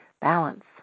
balance